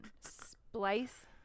Splice